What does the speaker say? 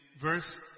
verse